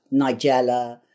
nigella